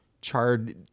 charred